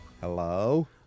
hello